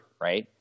right